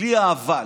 בלי אבל.